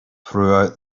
throughout